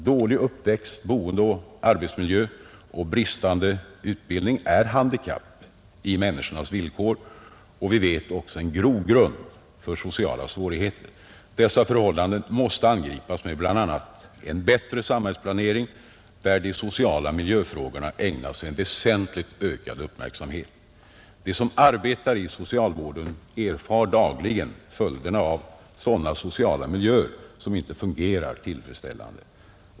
Dålig uppväxt-, boendeoch arbetsmiljö samt bristande utbildning är handikapp i människornas villkor och — det vet vi — också en grogrund för sociala svårigheter. Dessa förhållanden måste angripas med bl.a. en bättre samhällsplanering, där de sociala miljöfrågorna ägnas en väsentligt ökad uppmärksamhet. De som arbetar i socialvården erfar dagligen följderna av sådana sociala miljöer som inte fungerar tillfredsställande.